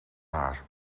haar